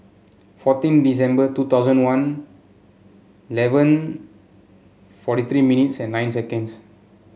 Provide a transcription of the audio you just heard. fourteen December two thousand one eleven forty three minutes and nine seconds